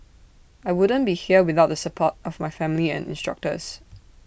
I wouldn't be here without the support of my family and instructors